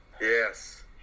yes